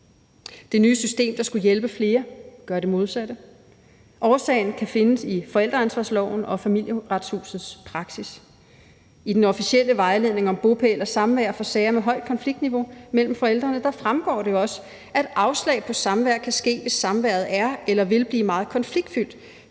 Det nye system, der skulle hjælpe flere, gør det modsatte. Årsagen kan findes i forældreansvarsloven og Familieretshusets praksis. I den officielle vejledning om bopæl og samvær i sager med et højt konfliktniveau mellem forældrene fremgår det jo også, at afslag på samvær kan ske, hvis samværet er eller vil blive meget konfliktfyldt